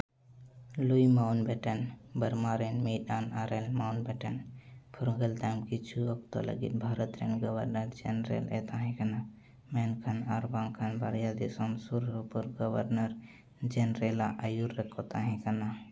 ᱞᱩᱭ Mountbatten Burma ᱨᱮᱱ ᱢᱤᱫ ᱟᱱ ᱟᱨᱚᱞ ᱢᱟᱣᱩᱱᱴᱵᱮᱴᱮᱱ ᱯᱷᱩᱨᱜᱟᱹᱞ ᱛᱟᱭᱚᱢ ᱠᱤᱪᱷᱩ ᱚᱠᱛᱚ ᱞᱟᱹᱜᱤᱫ ᱵᱷᱟᱨᱚᱛ ᱨᱮᱱ ᱜᱚᱵᱷᱚᱨᱱᱚᱨ ᱡᱮᱱᱟᱨᱮᱞ ᱮ ᱛᱟᱦᱮᱸ ᱠᱟᱱᱟ ᱢᱮᱱᱠᱷᱟᱱ ᱟᱨ ᱵᱟᱝᱠᱷᱟᱱ ᱵᱟᱨᱭᱟ ᱫᱤᱥᱚᱢ ᱥᱩᱨᱼᱥᱩᱯᱩᱨ ᱜᱚᱵᱷᱚᱨᱱᱚᱨ ᱡᱮᱱᱨᱟᱞ ᱟᱜ ᱟᱹᱭᱩᱨ ᱨᱮᱠᱚ ᱛᱟᱦᱮᱸ ᱠᱟᱱᱟ